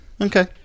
Okay